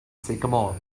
sycamore